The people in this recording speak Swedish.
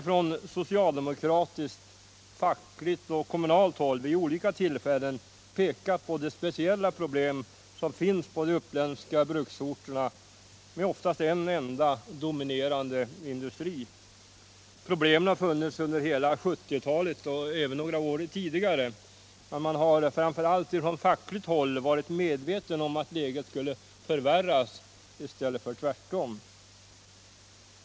Från socialdemokratiskt, fackligt och kommunalt håll har vid olika tillfällen pekats på de speciella problem som finns på de uppländska bruksorterna med oftast en enda dominerande industri. Problemen har funnits under hela 1970-talet och även några år tidigare, men man har framför allt från fackligt håll varit medveten om att läget skulle förvärras i stället för tvärtom.